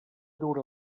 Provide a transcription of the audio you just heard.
dura